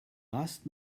last